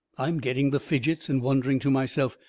i'm getting the fidgets and wondering to myself,